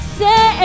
say